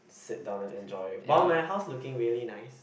sit down and enjoy while my house looking really nice